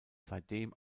seitdem